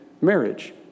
marriage